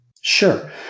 Sure